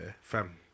fam